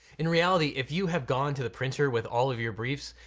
in reality, if you have gone to the printer with all of your briefs,